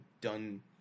done